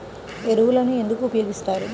ఎరువులను ఎందుకు ఉపయోగిస్తారు?